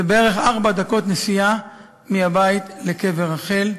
זה בערך ארבע דקות נסיעה מהבית לקבר רחל.